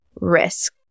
risk